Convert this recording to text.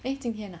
eh 今天 ah